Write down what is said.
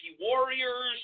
Warriors